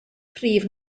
prif